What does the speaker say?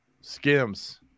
Skims